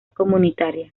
comunitaria